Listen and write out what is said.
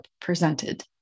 presented